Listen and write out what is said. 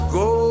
go